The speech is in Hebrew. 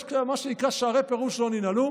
יש כאן מה שנקרא שערי פירוש לא ננעלו,